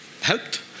helped